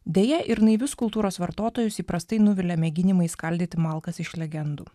deja ir naivius kultūros vartotojus įprastai nuvilia mėginimai skaldyti malkas iš legendų